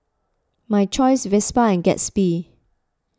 My Choice Vespa and Gatsby